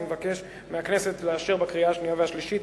אני מבקש מהכנסת לאשר בקריאה השנייה ובקריאה השלישית,